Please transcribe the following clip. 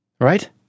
Right